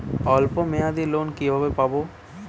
অল্প মেয়াদি লোন কিভাবে পাব?